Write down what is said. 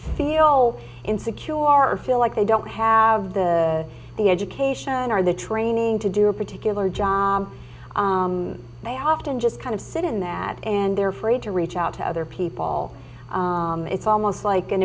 feel insecure or feel like they don't have the the education or the training to do a particular job they often just kind of sit in that and they're free to reach out to other people it's almost like an